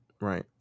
right